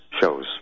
shows